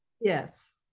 Yes